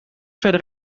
verder